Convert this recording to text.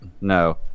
no